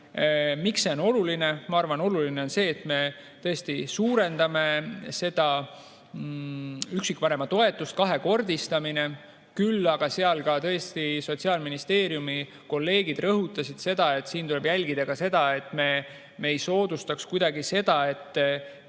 Miks see on oluline? Ma arvan, oluline on see, et me tõesti suurendame üksikvanema toetust, kahekordistame seda. Küll aga tõesti Sotsiaalministeeriumi kolleegid rõhutasid seda, et siin tuleb jälgida ka seda, et me ei soodustaks kuidagi seda, et